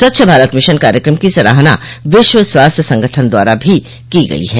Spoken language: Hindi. स्वच्छ भारत मिशन कार्यक्रम की सराहना विश्व स्वास्थ्य संगठन द्वारा भी की गई है